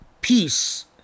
peace